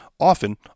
Often